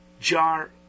jar